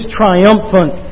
triumphant